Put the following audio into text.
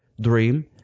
dream